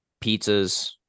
pizzas